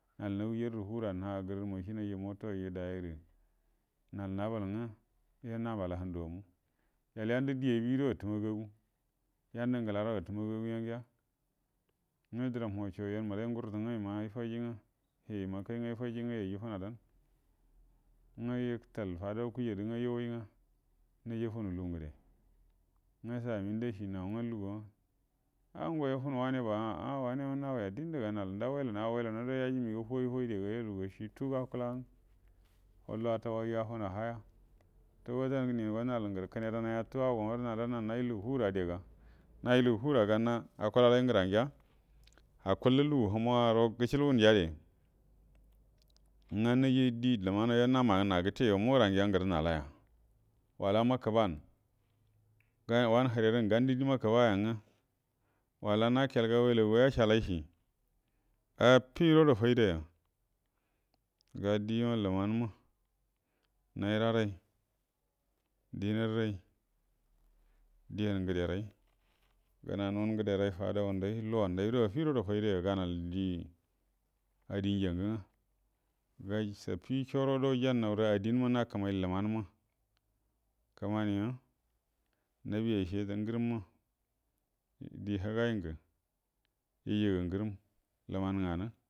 Nal nawujarə rə fungəra, nal nahgərərə macənyu, moto ui dayyay gərə, nal nubal ngwə yuo nabal ‘a handuə amuə, yal yandə die abi guəro atamagagu, yandə ngala guəro atama gagu yagəa, ngwə dəram muruco ngə yan madəgay gurə ngwə yəma yəfafaji ngwə yəko yajjue fənadan, ngwə yəma yəfaji ngwə, hie məkay ngwə yəkaji ngwə yanju fənadan, ngə yətəal fadau kujadə ngwə yəwie ngwə, naji fənə lugun gədae ngwə saga mənda cie nangwə lugu’a ah go yuo fənə wane m wanema nawie a ganay a diendə ga nal, nda welah ah welan guəro yaji məgəaw fauyifauy cie rə ga yaluga, cie tu akula, follo attauay ah fadau haya, tugo dan ningo nal gərə kənəyadanay tu ago marə nal arə nal naji lugu fungəra riga, naji lugu fungəra gu akulalay ngəra gəa akuəllu lugu humu’a guəro gəcəbunə yare, ngwə nəji die ləman yo namagə na gətaeyo mu gəragəa gərə naliuya wala makə ban, gan, wanə hərerəngə gan die makəba yangə, wala nakiyel gə welagugo yacəalay cie, afi guəro ro fay da, ga diema ləman man, nara ray, dənarral, diengəderay, gənanom ngərau fadawanday, luwunday guaro afiro guədo fayda, ganal ie achi ja gəngə ga safi coro gudə gəjannaw rə addinma na kalmay ləman bna, kəmani ma, nabi acə ngəramma die həgan ngə yədigə gə.